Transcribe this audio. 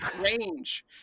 range